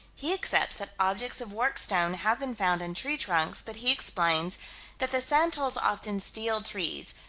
he accepts that objects of worked stone have been found in tree trunks, but he explains that the santals often steal trees,